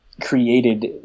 created